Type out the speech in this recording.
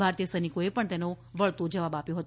ભારતીય સૈનિકોએ પણ તેનો વળતો જવાબ આપ્યાં છે